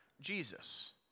Jesus